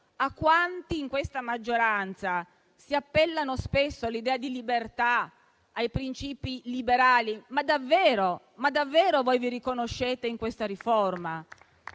a quanti in questa maggioranza si appellano spesso all'idea di libertà e ai principi liberali: ma davvero vi riconoscete in questa riforma?